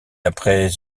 après